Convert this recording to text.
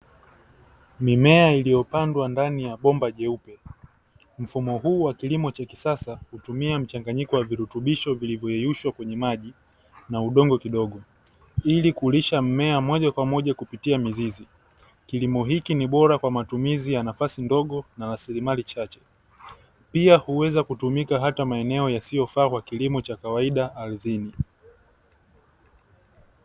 Mimea iliyopandwa ndani ya bomba jeupe, mfumo huu wa kilimo cha kisasa hutumia mchanganyiko wa virutubisho vilivyoyeyushwa kwenye maji na udongo kidogo, ili kulisha mmea moja kwa moja kupitia mizizi. Kilimo hiki ni bora kwa matumizi ya nafasi ndogo, na rasilimali chache. Pia huweza kutumika hata maeneo yasiyofaa kwa kilimo cha kawaida ardhini.